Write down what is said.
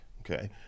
okay